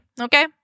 okay